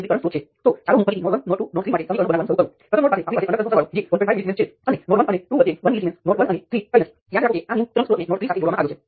I2 એ R22 R23 માંથી વહે છે R23 માંથી વાસ્તવિક કરંટ I2 I3 છે